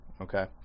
Okay